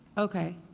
okay.